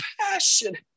passion